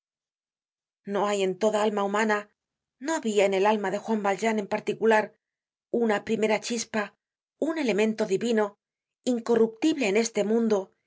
no hay en toda alma humana no habia en el alma de juan yaljean en particular una primera chispa un elemento divino incorruptible en este mundo